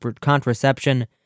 contraception